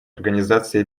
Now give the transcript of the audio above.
организации